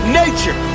nature